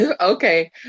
okay